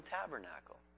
Tabernacle